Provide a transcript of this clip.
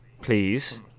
please